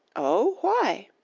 oh, why?